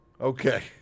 Okay